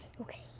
Okay